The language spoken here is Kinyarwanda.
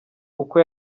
uko